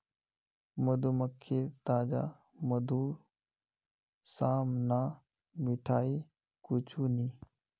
मधुमक्खीर ताजा मधुर साम न मिठाई कुछू नी